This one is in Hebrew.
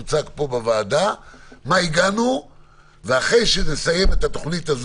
מה שהיה נכון לתחילת המשבר ולשיא שלו באמצע מרץ,